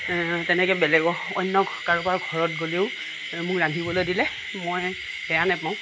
তেনেকৈ বেলেগক অন্য কাৰোবাৰ ঘৰত গ'লেও মোক ৰান্ধিবলৈ দিলে মই বেয়া নেপাওঁ